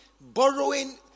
borrowing